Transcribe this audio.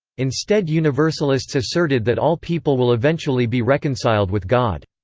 instead universalists asserted that all people will eventually be reconciled with god.